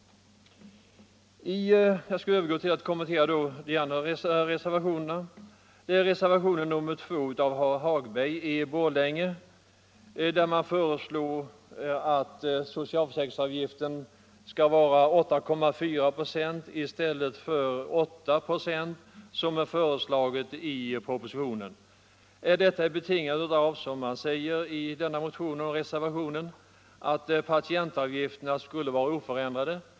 Jag skall övergå till att kommentera de andra reservationerna. I reservationen 2 av herr Hagberg i Borlänge föreslås att socialförsäkringsavgiften skall vara 8,4 96 i stället för 8 96, som föreslagits i propositionen. Detta betingas av — som man säger i motionen och reservationen — att patientavgifterna skulle vara oförändrade.